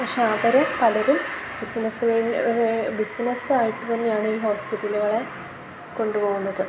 പക്ഷെ അവരിൽ പലരും ബിസിനസ് മെയി ബിസിനസ്സായിട്ട് തന്നെയാണ് ഈ ഹോസ്പിറ്റലുകളെ കൊണ്ടുപോകുന്നത്